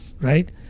right